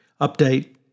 update